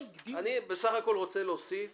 אני בסך הכל רוצה להוסיף